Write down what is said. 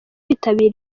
bitabiriye